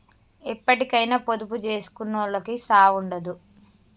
ఎప్పటికైనా పొదుపు జేసుకునోళ్లకు సావుండదు